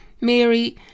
Mary